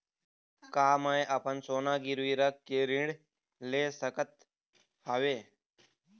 का मैं अपन सोना गिरवी रख के ऋण ले सकत हावे?